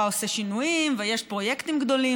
עושה שינויים ויש פרויקטים גדולים.